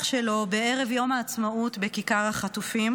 שלו בערב יום העצמאות בכיכר החטופים.